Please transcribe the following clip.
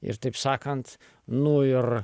ir taip sakant nu ir